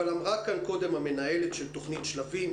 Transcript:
אבל אמרה כאן קודם מנהלת תוכנית "שלבים",